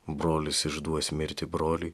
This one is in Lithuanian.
brolis išduos mirti brolį